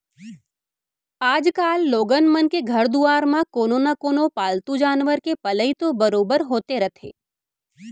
आजकाल लोगन मन के घर दुवार म कोनो न कोनो पालतू जानवर के पलई तो बरोबर होते रथे